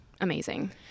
amazing